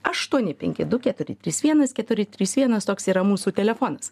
aštuoni penki du keturi trys vienas keturi trys vienas toks yra mūsų telefonas